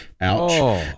Ouch